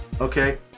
okay